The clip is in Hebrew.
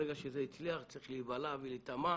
ברגע שזה הצליח, צריך להיבלע ולהיטמע.